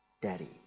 Daddy